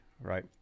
right